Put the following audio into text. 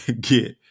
get